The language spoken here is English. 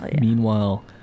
meanwhile